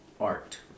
art